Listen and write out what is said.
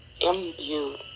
imbued